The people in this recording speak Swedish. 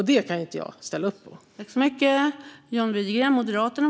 Det kan inte jag ställa upp på.